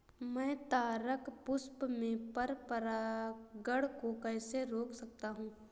मैं तारक पुष्प में पर परागण को कैसे रोक सकता हूँ?